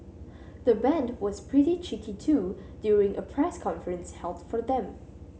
the band was pretty cheeky too during a press conference held for them